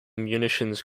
munitions